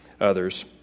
others